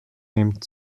nimmt